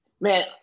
Man